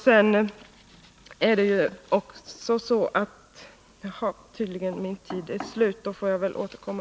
Min taletid är ute — jag ber att få återkomma.